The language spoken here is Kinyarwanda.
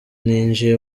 ninjiye